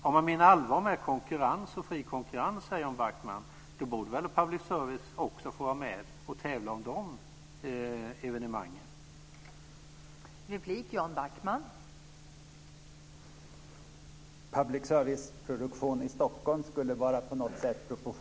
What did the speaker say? Om man menar allvar med fri konkurrens borde väl public service få vara med och tävla om de evenemangen, Jan Backman.